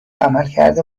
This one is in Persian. عملکرد